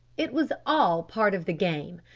it was all part of the game.